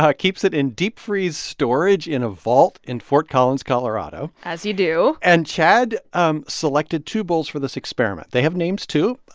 ah keeps it in deep-freeze storage in a vault in fort collins, colo ah colo as you do and chad um selected two bulls for this experiment. they have names, too.